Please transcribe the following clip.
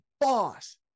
boss